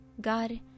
God